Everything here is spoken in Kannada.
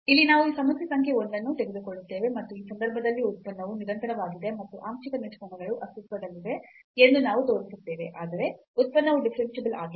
ಇಲ್ಲಿ ನಾವು ಈ ಸಮಸ್ಯೆ ಸಂಖ್ಯೆ 1 ಅನ್ನು ತೆಗೆದುಕೊಳ್ಳುತ್ತೇವೆ ಮತ್ತು ಈ ಸಂದರ್ಭದಲ್ಲಿ ಉತ್ಪನ್ನವು ನಿರಂತರವಾಗಿದೆ ಮತ್ತು ಆಂಶಿಕ ನಿಷ್ಪನ್ನಗಳು ಅಸ್ತಿತ್ವದಲ್ಲಿದೆ ಎಂದು ನಾವು ತೋರಿಸುತ್ತೇವೆ ಆದರೆ ಉತ್ಪನ್ನವು ಡಿಫರೆನ್ಸಿಬಲ್ ಆಗಿಲ್ಲ